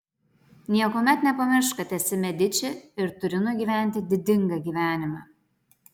niekuomet nepamiršk kad esi mediči ir turi nugyventi didingą gyvenimą